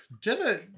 Jenna